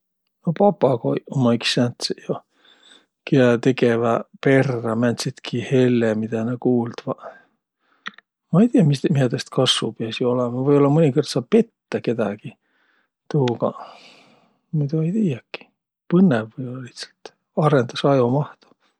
No papagoiq ummaq iks sääntseq jo, kiä tegeväq perrä määntsitki helle, midä nä kuuldvaq. Ma'i tiiäq, miä taast kassu piäsiq olõma. Või-ollaq mõnikõrd saa pettäq kedägi tuugaq. Muido ei tiiäkiq. Põnnõv või-ollaq lihtsält. Arõndas ajomahtu.